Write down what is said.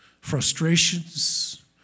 frustrations